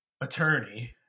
attorney